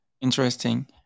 Interesting